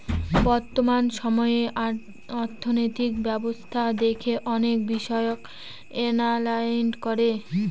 বর্তমান সময়ে অর্থনৈতিক ব্যবস্থা দেখে অনেক বিষয় এনালাইজ করে